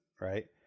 Right